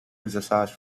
exercise